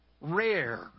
rare